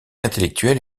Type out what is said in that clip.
intellectuelle